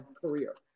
career